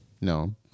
No